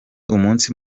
umunsi